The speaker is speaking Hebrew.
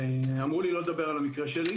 אמרו לי לא לדבר על המקרה שלי,